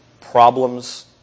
problems